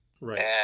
right